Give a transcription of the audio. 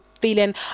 feeling